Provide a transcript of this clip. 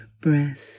breath